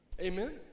Amen